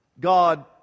God